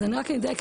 אז אני רק אדייק.